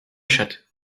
chatte